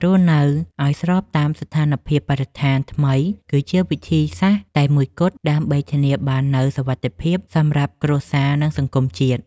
រស់នៅឱ្យស្របតាមស្ថានភាពបរិស្ថានថ្មីគឺជាវិធីសាស្ត្រតែមួយគត់ដើម្បីធានាបាននូវសុវត្ថិភាពសម្រាប់គ្រួសារនិងសង្គមជាតិ។